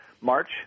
March